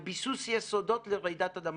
ועל ביסוס יסודות לרעידת אדמה.